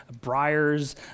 briars